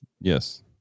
Yes